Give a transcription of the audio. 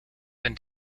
been